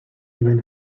iban